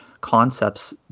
concepts